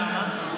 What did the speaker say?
למה?